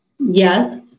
Yes